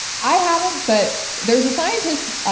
i haven't, but there is a scientist,